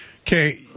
Okay